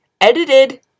edited